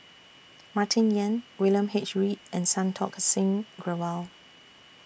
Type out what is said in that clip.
Martin Yan William H Read and Santokh Singh Grewal